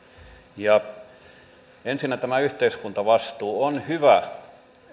ensinnä tämä yhteiskuntavastuu on hyvä